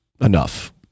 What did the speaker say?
enough